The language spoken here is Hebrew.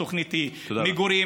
התוכנית היא מגורים,